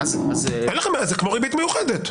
זה כמו ריבית מיוחדת.